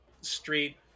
street